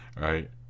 Right